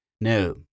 No